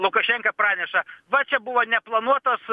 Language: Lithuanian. lukašenka praneša va čia buvo neplanuotas